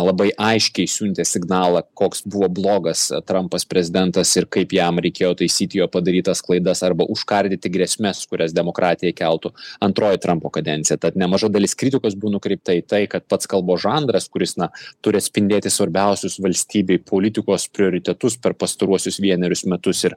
labai aiškiai siuntė signalą koks buvo blogas trampas prezidentas ir kaip jam reikėjo taisyti jo padarytas klaidas arba užkardyti grėsmes kurias demokratijai keltų antroji trumpo kadencija tad nemaža dalis kritikos buvo nukreipta į tai kad pats kalbos žanras kuris na turi atspindėti svarbiausius valstybei politikos prioritetus per pastaruosius vienerius metus ir